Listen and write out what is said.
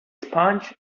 sponge